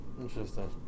Interesting